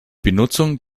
benutzung